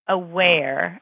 aware